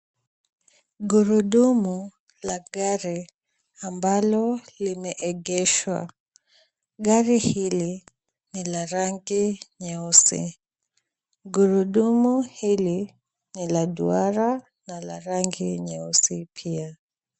Gurudumu la gari ambalo limeegeshwa. Gari hili ni la rangi nyeusi. Gurudumu hili ni la duara na la rangi nyeusi pia.